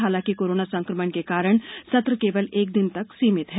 हालांकि कोरोना संक्रमण के कारण सत्र केवल एक दिन तक सीमित है